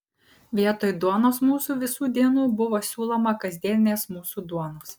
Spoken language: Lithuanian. vietoj duonos mūsų visų dienų buvo siūloma kasdienės mūsų duonos